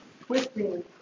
twisting